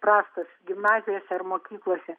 prastas gimnazijose ar mokyklose